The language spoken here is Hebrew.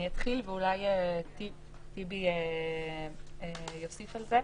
אני אתחיל ואולי טיבי יוסיף על זה.